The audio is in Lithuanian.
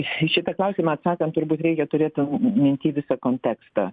į šitą klausimą atsakant turbūt reikia turėt minty visą kontekstą